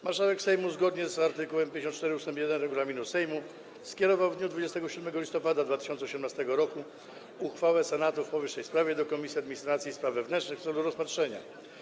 Marszałek Sejmu zgodnie z art. 54 ust. 1 regulaminu Sejmu skierował w dniu 27 listopada 2018 r. uchwałę Senatu w powyższej sprawie do Komisji Administracji i Spraw Wewnętrznych w celu rozpatrzenia.